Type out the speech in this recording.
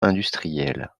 industriels